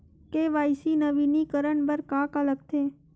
KYC नवीनीकरण बर का का लगथे?